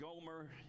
Gomer